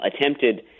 Attempted